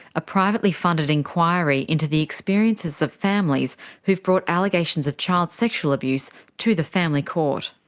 a privately funded inquiry into the experiences of families who've brought allegations of child sexual abuse to the family court.